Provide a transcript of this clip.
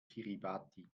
kiribati